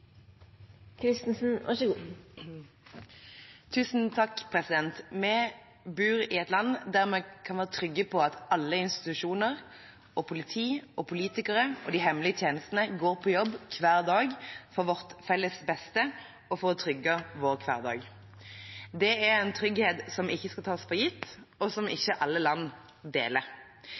vi har så langt ikke funnet en løsning som ivaretar hensynet til taushetsplikt om informasjon som er gradert. Flere har ikke bedt om ordet til sak nr. 4. Vi bor i et land der vi kan være trygge på at en i alle institusjoner – politi, politikere og de hemmelige tjenestene – går på jobb hver dag for vårt felles beste og for å trygge vår hverdag. Det er